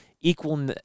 Equal